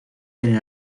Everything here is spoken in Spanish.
tener